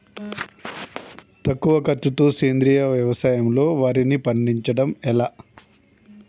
తక్కువ ఖర్చుతో సేంద్రీయ వ్యవసాయంలో వారిని పండించడం ఎలా?